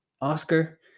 Oscar